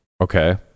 okay